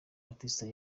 baptiste